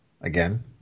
Again